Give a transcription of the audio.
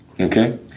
Okay